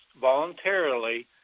voluntarily